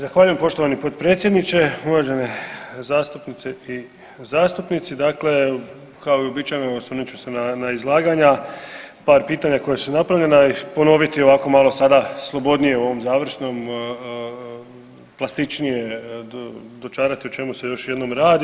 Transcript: Zahvaljujem poštovani potpredsjedniče, uvažene zastupnice i zastupnici, dakle kao i uobičajeno osvrnut ću se na izlaganja, par pitanja koja su napravljena i ponoviti ovako malo sada slobodnije u ovom završnom, plastičnije dočarati o čemu se još jednom radi.